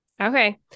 okay